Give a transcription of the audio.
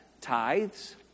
Tithes